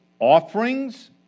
offerings